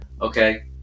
okay